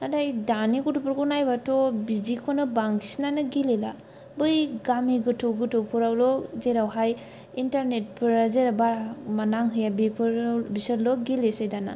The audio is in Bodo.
नाथाय दानि गथ'फोरखौ नायबाथ' बांसिनानो बिदिखौनो गेलेला बै गामि गोथौ गोथौ फोरावल' जेरावहाय इन्टारनेटफ्रा जेराव बारा नांहैया बेफोरो बिसोरल' गेलेसै दाना